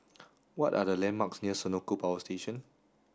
what are the landmarks near Senoko Power Station